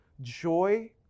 joy